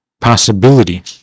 possibility